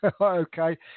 okay